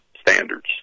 standards